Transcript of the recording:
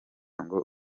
ngo